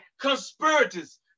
conspirators